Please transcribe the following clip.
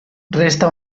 resta